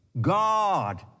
God